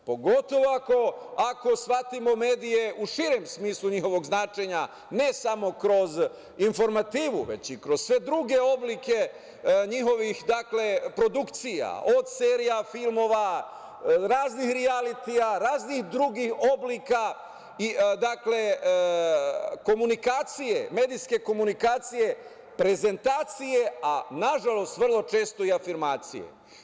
Pogotovo ako shvatimo medije u širem smislu njihovog značenja, ne samo kroz informativu, već i kroz sve druge oblike njihovih produkcija, od serija, filmova, raznih rijalitija, raznih drugih oblika, medijske komunikacije, prezentacije, a nažalost vrlo često i afirmacije.